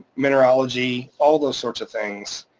mineralogy, all those sorts of things.